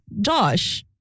Josh